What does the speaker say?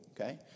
Okay